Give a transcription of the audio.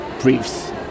briefs